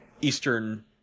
Eastern